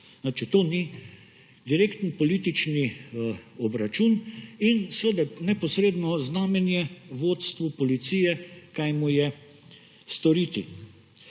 to ni direkten politični obračun in seveda neposredno znamenje vodstvu Policije, kaj mu je storiti.